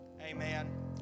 Amen